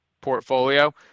portfolio